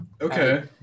Okay